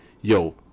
yo